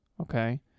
Okay